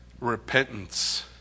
Repentance